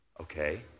okay